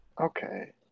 Okay